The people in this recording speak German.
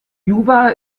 juba